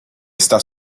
está